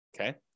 okay